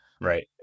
Right